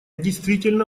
действительно